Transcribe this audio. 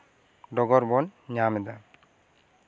ᱰᱚᱜᱚᱨ ᱵᱚᱱ ᱧᱟᱢᱮᱫᱟ